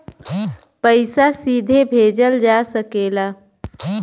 पइसा सीधे भेजल जा सकेला